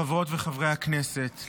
חברות וחברי הכנסת,